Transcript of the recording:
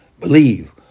Believe